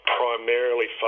primarily